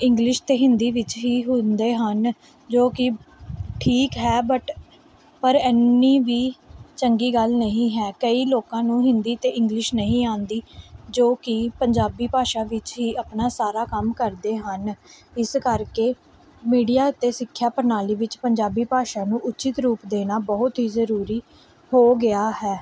English ਅਤੇ ਹਿੰਦੀ ਵਿੱਚ ਹੀ ਹੁੰਦੇ ਹਨ ਜੋ ਕਿ ਠੀਕ ਹੈ ਬਟ ਪਰ ਐਨੀ ਵੀ ਚੰਗੀ ਗੱਲ ਨਹੀਂ ਹੈ ਕਈ ਲੋਕਾਂ ਨੂੰ ਹਿੰਦੀ ਅਤੇ ਇੰਗਲਿਸ਼ ਨਹੀਂ ਆਉਂਦੀ ਜੋ ਕਿ ਪੰਜਾਬੀ ਭਾਸ਼ਾ ਵਿੱਚ ਹੀ ਆਪਣਾ ਸਾਰਾ ਕੰਮ ਕਰਦੇ ਹਨ ਇਸ ਕਰਕੇ ਮੀਡੀਆ ਅਤੇ ਸਿੱਖਿਆ ਪ੍ਰਣਾਲੀ ਵਿੱਚ ਪੰਜਾਬੀ ਭਾਸ਼ਾ ਨੂੰ ਉੱਚਿਤ ਰੂਪ ਦੇਣਾ ਬਹੁਤ ਹੀ ਜ਼ਰੂਰੀ ਹੋ ਗਿਆ ਹੈ